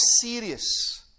serious